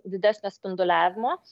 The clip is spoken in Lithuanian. didesnio spinduliavimo